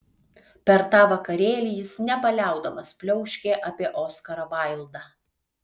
per tą vakarėlį jis nepaliaudamas pliauškė apie oskarą vaildą